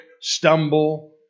stumble